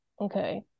okay